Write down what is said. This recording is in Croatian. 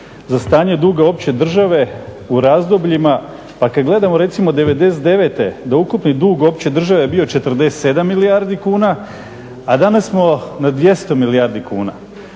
za stanje duga opće države u razdobljima pa kad gledamo recimo 99-te da je ukupni dug opće države bio 47 milijardi kuna a danas smo na 200 milijardi kuna.